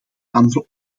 andere